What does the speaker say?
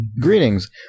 greetings